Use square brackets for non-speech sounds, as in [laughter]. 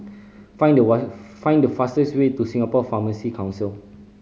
find the [unintelligible] find the fastest way to Singapore Pharmacy Council